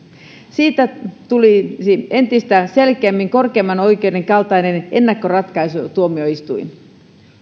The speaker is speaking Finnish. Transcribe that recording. siitä tulisi entistä selkeämmin korkeimman oikeuden kaltainen ennakkoratkaisutuomioistuin